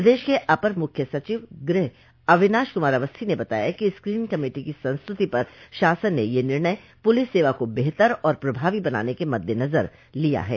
प्रदेश के अपर मुख्य सचिव गृह अवनीश कुमार अवस्थी ने बताया कि स्क्रीनिंग कमेटी की संस्तुति पर शासन ने यह निर्णय पुलिस सेवा को बेहतर और प्रभावी बनाने के मद्देनजर लिया है